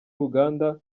uganda